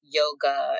yoga